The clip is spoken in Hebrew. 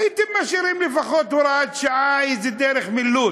הייתם משאירים לפחות בהוראת שעה איזה דרך מילוט,